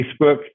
Facebook